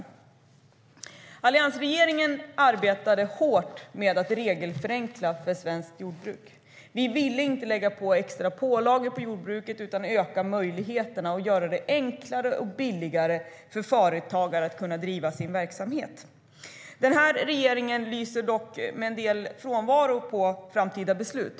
Den här regeringen lyser dock till viss del med sin frånvaro när det gäller framtida beslut.